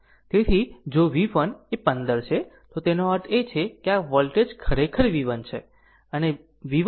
તેથી જો v 1 એ 15 છે તો તેનો અર્થ એ છે કે આ વોલ્ટેજ ખરેખર v 1 છે